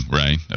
right